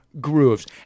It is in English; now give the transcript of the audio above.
Grooves